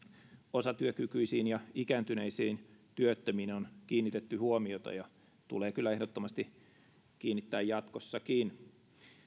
osatyökykyisiin ja ikääntyneisiin työttömiin on kiinnitetty huomiota ja tulee kyllä ehdottomasti kiinnittää jatkossakin